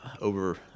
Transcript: over